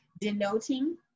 denoting